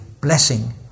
blessing